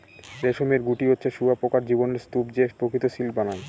রেশমের গুটি হচ্ছে শুঁয়োপকার জীবনের স্তুপ যে প্রকৃত সিল্ক বানায়